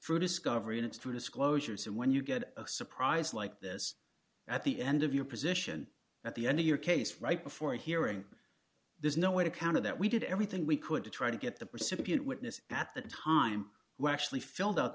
through discovery and it's through disclosures and when you get a surprise like this at the end of your position at the end of your case right before a hearing there's no way to counter that we did everything we could to try to get the percipient witness at the time who actually filled out